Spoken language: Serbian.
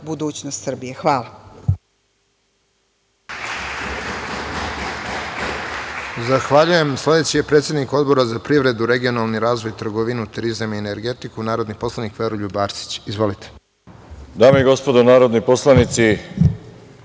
budućnost Srbije. Hvala.